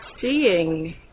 seeing